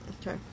Okay